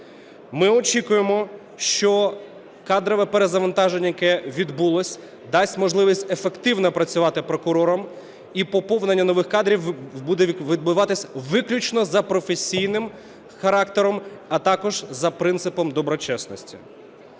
Ми очікуємо, що кадрове перезавантаження, яке відбулося, дасть можливість ефективно працювати прокурорам і поповнення нових кадрів буде відбуватися виключно за професійним характером, а також за принципом доброчесності.